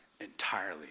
entirely